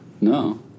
No